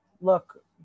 look